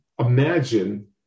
Imagine